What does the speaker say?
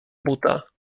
buta